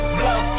blow